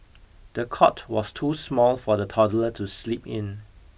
the cot was too small for the toddler to sleep in